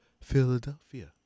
philadelphia